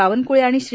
बावनक्ळे आणि श्री